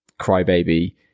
crybaby